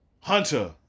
Hunter